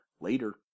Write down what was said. Later